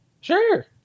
sure